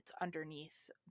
underneath